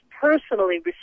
personally